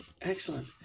Excellent